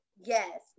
yes